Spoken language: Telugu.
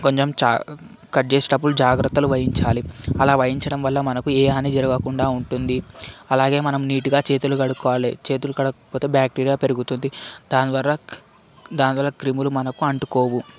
కొంచం కట్ చేసేటప్పుడు జాగ్రత్తలు వహించాలి అలా వహించినప్పుడు మనకు ఏ హాని జరగకుండా ఉంటుంది అలాగే మనం నీటుగా చేతులు కడుకోవాలి చేతులు కడగకపోతే బాక్టీరియా పెరిగిపోతుంది దాని ద్వారా దాని ద్వారా క్రిములు మనకు అంటుకోవు